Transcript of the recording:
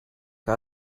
que